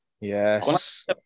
Yes